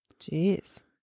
Jeez